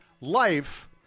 life